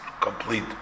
complete